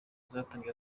uzatangira